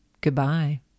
Goodbye